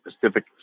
Pacific